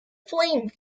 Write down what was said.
flame